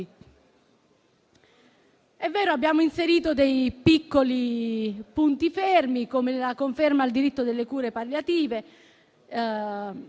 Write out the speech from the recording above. È vero: abbiamo inserito dei piccoli punti fermi, come la conferma del diritto delle cure palliative